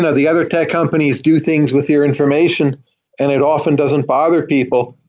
and the other tech companies do things with your information and it often doesn't bother people.